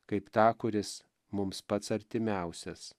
kaip tą kuris mums pats artimiausias